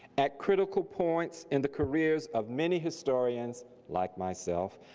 at critical points in the careers of many historians, like myself,